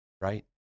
Right